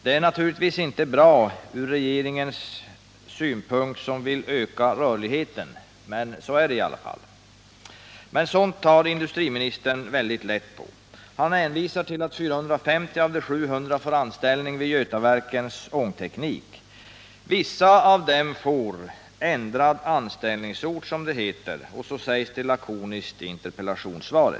Det är naturligtvis inte bra från regeringens synpunkt, som vill öka ”rörligheten”, men så är det i alla fall. Men sådant tar industriministern mycket lätt på. Han hänvisar till att 450 av de 700 får anställning vid Götaverken Ångteknik. ”Vissa av dem får därvid ändrad anställningsort.” Så sägs det lakoniskt i interpellationssvaret.